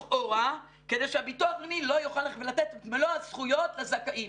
לכאורה כדי שהביטוח הלאומי לא יוכל ללכת ולתת את מלוא הזכויות לזכאים.